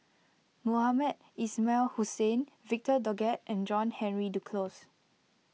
Mohamed Ismail Hussain Victor Doggett and John Henry Duclos